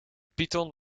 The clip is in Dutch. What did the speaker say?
python